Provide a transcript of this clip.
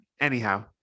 Anyhow